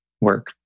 work